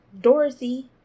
dorothy